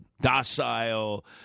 docile